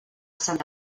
sant